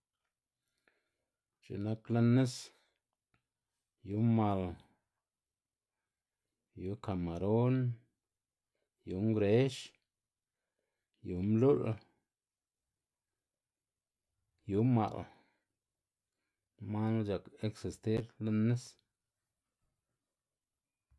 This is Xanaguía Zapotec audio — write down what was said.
X̱i nak lën nis yu mal, yu kamaron, yu ngwrex, yu mlu'l, yu ma'l, man knu c̲h̲ak eksistir lën nis.